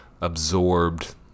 absorbed